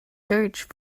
search